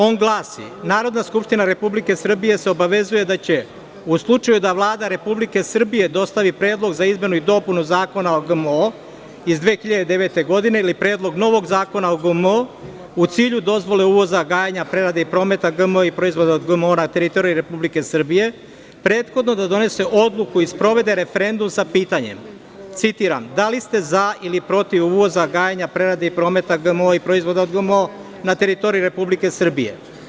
On glasi – Narodna skupština Republike Srbije se obavezuje da će u slučaju da Vlada Republike Srbije dostavi predlog za izmenu i dopunu Zakona o GMO iz 2009. godine ili predlog novog zakona o GMO, u cilju dozvole uvoza gajenja, prerade i prometa GMO i proizvoda od GMO na teritoriji Republike Srbije, prethodno da donese odluku i sprovede referendum sa pitanjem, citiram – da li ste za ili protiv uvoza, gajenja, prerade i prometa GMO i proizvoda od GMO na teritoriji Republike Srbije?